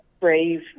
brave